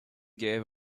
gave